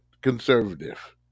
conservative